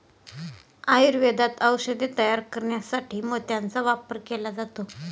आयुर्वेदात औषधे तयार करण्यासाठी मोत्याचा वापर केला जातो